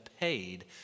paid